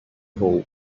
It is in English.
hole